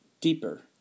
deeper